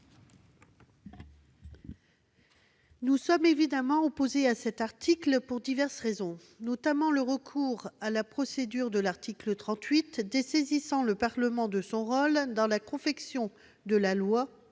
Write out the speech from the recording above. Nous sommes évidemment opposés à cet article, pour diverses raisons. La première est le recours à la procédure de l'article 38, qui dessaisira le Parlement de son rôle dans la confection de la loi